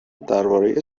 درباره